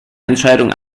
entscheidung